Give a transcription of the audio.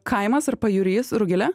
kaimas ar pajūris rugile